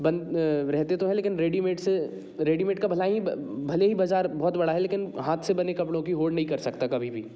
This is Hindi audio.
रहते तो हैं लेकिन रेडीमेड से रेडीमेड का भला ही भले ही बाजार बहुत बड़ा है लेकिन हाथ से बने कपड़ों की होड़ नही कर सकता कभी भी